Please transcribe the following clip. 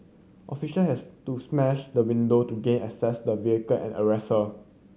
official has to smash the window to gain access the vehicle and arrest her